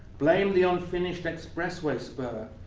blame the unfinished expressway spur,